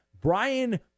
Brian